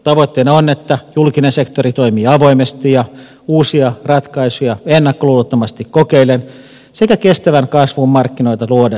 tavoitteena on että julkinen sektori toimii avoimesti ja uusia ratkaisuja ennakkoluulottomasti kokeillen sekä kestävän kasvun markkinoita luoden